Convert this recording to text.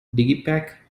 digipak